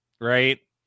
right